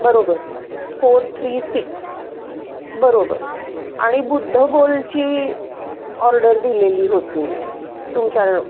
बरोबर four three six बरोबर आणि बुद्ध बोलची ऑर्डर दिलेली होती मी तुमच्यावर